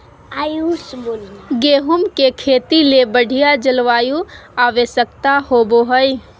गेहूँ के खेती ले बढ़िया जलवायु आवश्यकता होबो हइ